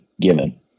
given